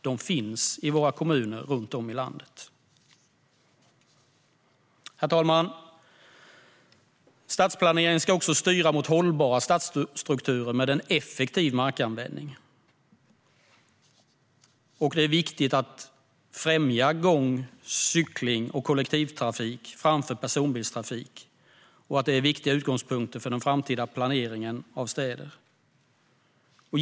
De finns i våra kommuner runt om i landet. Herr talman! Stadsplaneringen ska också styra mot hållbara stadsstrukturer med en effektiv markanvändning. Det är viktigt att främja gång, cykling och kollektivtrafik framför personbilstrafik. De är viktiga utgångspunkter för den framtida planeringen av städer.